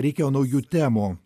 reikėjo naujų temų